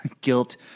guilt